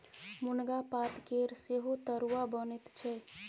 मुनगा पातकेर सेहो तरुआ बनैत छै